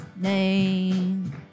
name